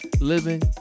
living